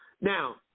Now